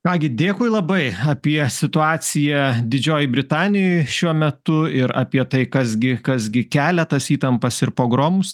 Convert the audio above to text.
ką gi dėkui labai apie situaciją didžiojoj britanijoj šiuo metu ir apie tai kas gi kas gi kelia tas įtampas ir pogromus